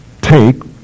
take